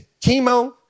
chemo